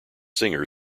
singer